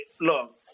look